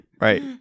right